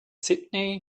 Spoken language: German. sydney